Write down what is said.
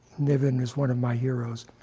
niven is one of my heroes.